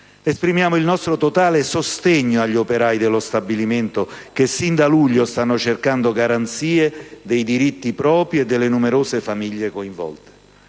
Esprimiamo il nostro totale sostegno agli operai dello stabilimento che sin da luglio stanno cercando garanzie dei diritti propri e delle numerose famiglie coinvolte.